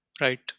Right